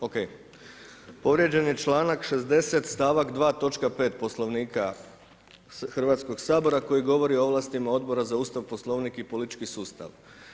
O.k. Povrijeđen je članak 60. stavak 2. točka 5. Poslovnika Hrvatskog sabora koji govori o ovlastima Odbora za Ustav, Poslovnik i politički sustav.